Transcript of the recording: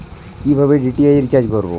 কিভাবে DTH recharge করব?